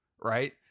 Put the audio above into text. Right